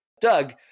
Doug